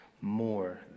more